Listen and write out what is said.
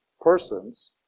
persons